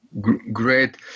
Great